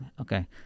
Okay